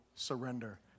Surrender